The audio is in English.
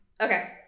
Okay